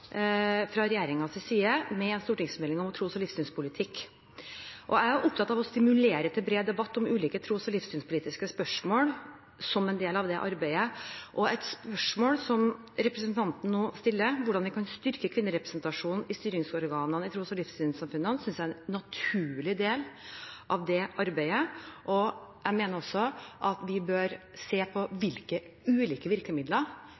fra regjeringens side med en stortingsmelding om tros- og livssynspolitikk. Jeg er opptatt av å stimulere til bred debatt om ulike tros- og livssynspolitiske spørsmål som en del av det arbeidet. Et spørsmål som representanten nå stiller, hvordan vi kan styrke kvinnerepresentasjonen i styringsorganene i tros- og livssynsorganisasjonene, synes jeg er en naturlig del av det arbeidet. Jeg mener også at vi bør se på hvilke ulike virkemidler